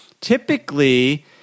typically